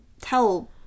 tell